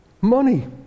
Money